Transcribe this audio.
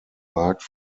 markt